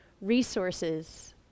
resources